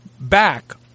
back